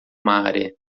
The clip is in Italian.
mare